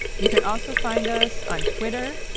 you can also find us on twitter,